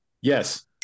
Yes